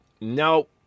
no